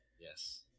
yes